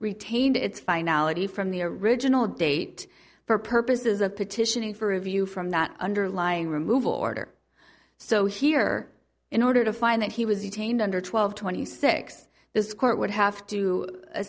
retained its finality from the original date for purposes of petitioning for review from that underlying removal order so here in order to find that he was detained under twelve twenty six this court would have to